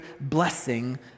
blessing